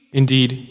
indeed